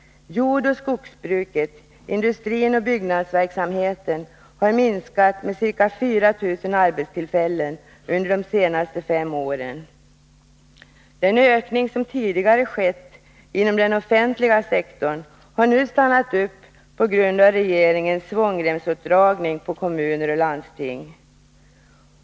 Jordoch skogsbruket, industrin och byggnadsverksamheten har minskat med ca 4 000 arbetstillfällen under de senaste fem åren. Den ökning som tidigare skett inom den offentliga sektorn har nu stannat upp på grund av regeringens svångremsåtdragning på kommuner och landsting.